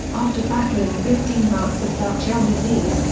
after battling fifteen bouts of dutch elm disease,